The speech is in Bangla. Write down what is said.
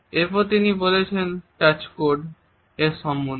এরপর তিনি বলেছেন টাচ কোড এর সম্বন্ধে